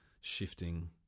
shifting